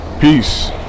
Peace